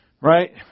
Right